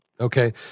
Okay